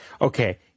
okay